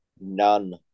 None